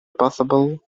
possible